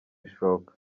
ishoka